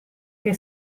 che